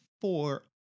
four